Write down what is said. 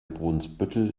brunsbüttel